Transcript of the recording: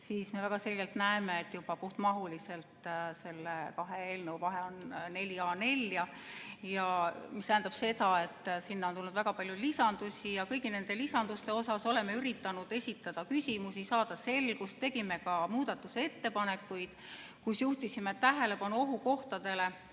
siis me väga selgelt näeme, et juba puhtmahuliselt on nende kahe eelnõu vahe neli A4‑lehte. See tähendab seda, et sinna on tulnud väga palju lisandusi. Kõigi nende lisanduste kohta oleme üritanud esitada küsimusi, saada selgust, tegime ka muudatusettepanekuid, millega juhtisime tähelepanu ohukohtadele,